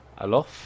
Alof